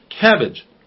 cabbage